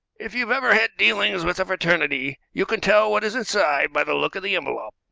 if you've ever had dealings with the fraternity, you can tell what is inside by the look of the envelope.